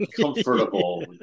comfortable